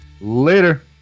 Later